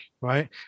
right